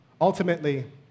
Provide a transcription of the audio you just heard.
Ultimately